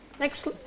Next